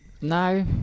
No